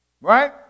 Right